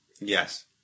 Yes